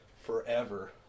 forever